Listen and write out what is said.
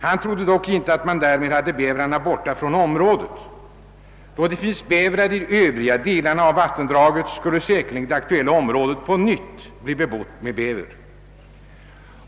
Han trodde dock inte att man därmed skulle befria området från bäver. Då det finns bäver i Övriga delar av vattendraget skulle det aktuella området säkerligen på nytt bli bebott av bäver.